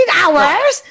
hours